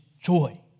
joy